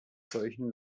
solchen